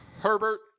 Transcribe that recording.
Herbert